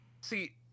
see